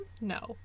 no